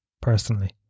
Personally